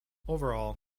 overall